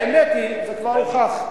האמת היא, זה כבר הוכח.